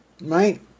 right